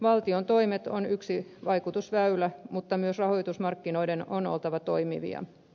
valtion toimet ovat yksi vaikutusväylä mutta myös rahoitusmarkkinoiden on oltava toimivia